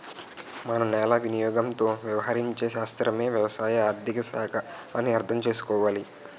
మన నేల వినియోగంతో వ్యవహరించే శాస్త్రమే వ్యవసాయ ఆర్థిక శాఖ అని అర్థం చేసుకోవాలి